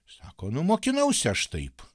sako nu mokinausi aš taip